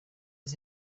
was